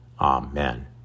Amen